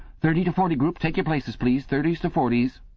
thirty to forty group! take your places, please. thirties to forties